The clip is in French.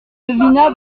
devina